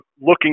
looking